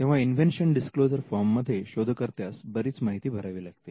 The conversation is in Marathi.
तेव्हा इंवेंशन डीसक्लोजर फॉर्म मध्ये शोधकर्त्यास बरीच माहिती भरावी लागते